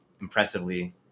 impressively